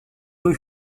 deux